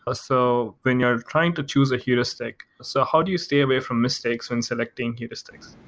ah so when you're trying to choose a heuristic, so how do you stay away from mistakes when selecting heuristics?